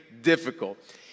difficult